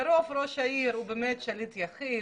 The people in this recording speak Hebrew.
לרוב ראש העיר הוא שליט יחיד